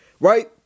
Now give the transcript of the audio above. right